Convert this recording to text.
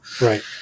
Right